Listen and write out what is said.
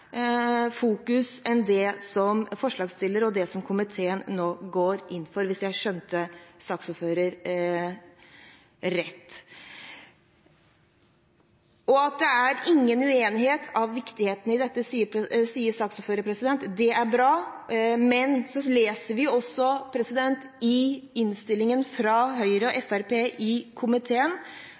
fokus enn det som forslagsstillerne og komiteen nå går inn for – hvis jeg forsto saksordføreren riktig. At det ikke er uenighet om viktigheten av dette, som saksordføreren sier, er bra, men vi leser i innstillingens merknader fra Høyre og Fremskrittspartiet at det er ressursene dette står på. Det